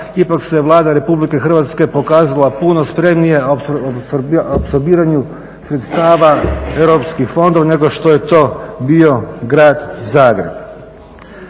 ipak se Vlada Republike Hrvatske pokazala puno spremnije u apsorbiranju sredstava europskih fondova nego što je to bio grad Zagreb.